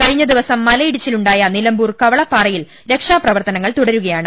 കഴിഞ്ഞ ദിവസം മലയിടിച്ചിലുണ്ടായ നിലമ്പൂർ കവളപ്പാറയിൽ രക്ഷാപ്രവർത്തനങ്ങൾ തുടരുകയാണ്